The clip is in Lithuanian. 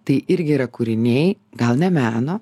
tai irgi yra kūriniai gal ne meno